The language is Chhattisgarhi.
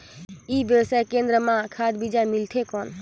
ई व्यवसाय केंद्र मां खाद बीजा मिलथे कौन?